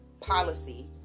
policy